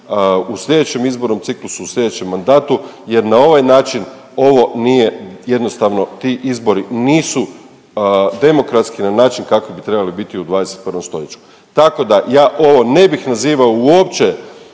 u slijedećem izbornom ciklusu, u slijedećem mandatu jer na ovaj način ovo nije, jednostavno ti izbori nisu demokratski na način kako bi trebali biti u 21. stoljeću. Tako da ja ovo ne bih nazivao uopće